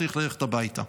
צריך ללכת הביתה.